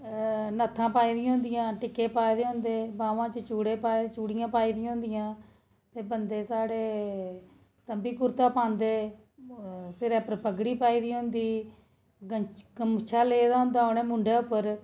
नत्थां पाई दियां होंदिया टिक्के पाए दे होंदे बाह्में च चूड़े पाए दे चूड़ियां दियां होंदियां ते बंदें साढ़ें तम्बी कुर्ता पांदे ते सिरै पर पगड़ी पाई दी होंदी गमछा लेदा होंदा उ'न्ने मुंढ़ै पर